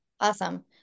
Awesome